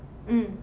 mm